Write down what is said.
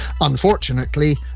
Unfortunately